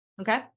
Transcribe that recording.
Okay